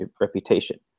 reputation